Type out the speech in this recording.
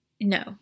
No